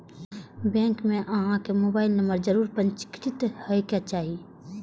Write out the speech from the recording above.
bank मे अहां केर मोबाइल नंबर जरूर पंजीकृत हेबाक चाही